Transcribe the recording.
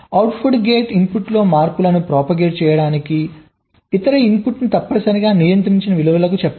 అవుట్పు gate ఇన్పుట్లో మార్పును propagate చేయడానికి ఇతర ఇన్పుట్ తప్పనిసరిగా నియంత్రించని విలువలకు చెప్పాలి